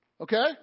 Okay